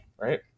right